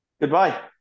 Goodbye